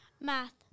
math